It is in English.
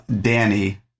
Danny